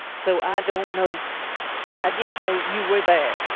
so i don't know i just know you were there